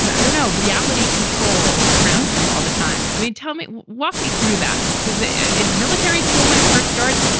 but i don't know, reality control around him all the time. i mean, tell me walk me through that, because it yeah it is military school when it first starts.